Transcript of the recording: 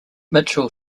mitchell